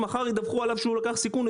מחר ידווחו עליו שהוא לקח סיכון,